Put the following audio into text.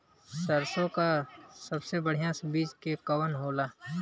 सरसों क सबसे बढ़िया बिज के कवन होला?